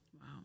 Wow